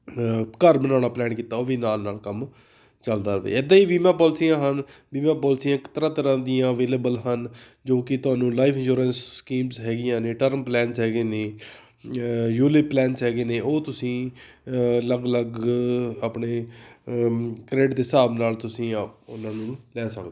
ਘਰ ਬਣਾਉਣਾ ਪਲੈਨ ਕੀਤਾ ਉਹ ਵੀ ਨਾਲ ਨਾਲ ਕੰਮ ਚਲਦਾ ਰਵੇ ਇੱਦਾਂ ਹੀ ਬੀਮਾ ਪੋਲਸੀਆਂ ਹਨ ਬੀਮਾ ਪੋਲਸੀਆਂ ਇੱਕ ਤਰ੍ਹਾਂ ਤਰ੍ਹਾਂ ਦੀਆਂ ਅਵੇਲੇਬਲ ਹਨ ਜੋ ਕਿ ਤੁਹਾਨੂੰ ਲਾਈਫ ਇੰਸ਼ੋਰੈਂਸ਼ ਸਕੀਮਸ ਹੈਗੀਆਂ ਨੇ ਟਰਮ ਪਲੈਨਸ ਹੈਗੇ ਨੇ ਯੂਲੀ ਪਲੈਨਸ ਹੈਗੇ ਨੇ ਉਹ ਤੁਸੀਂ ਅਲੱਗ ਅਲੱਗ ਆਪਣੇ ਕ੍ਰੈਡਿਟ ਦੇ ਹਿਸਾਬ ਨਾਲ ਤੁਸੀਂ ਆ ਉਹਨਾਂ ਨੂੰ ਲੈ ਸਕਦੇ